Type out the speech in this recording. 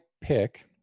pick